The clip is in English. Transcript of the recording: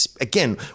again